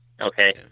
Okay